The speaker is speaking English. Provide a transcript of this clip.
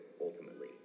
ultimately